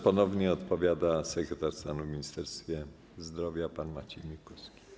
Ponownie odpowiada podsekretarz stanu w Ministerstwie Zdrowia pan Maciej Miłkowski.